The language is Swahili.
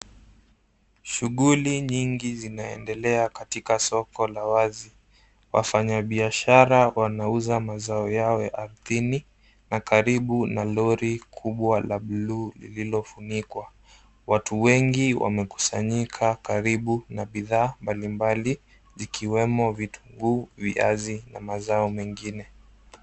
Shughuli nyingi zinaendelea katika soko la wazi. Wafanya biashara wanauza mazao yao ya ardhini na karibu na lori kubwa la bluu lililofunikwa. Watu wengi wamekusanyika karibu na bidhaa mbalimbali zikiwemo vitunguu, viazi na mazao mengine.